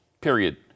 Period